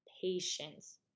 patience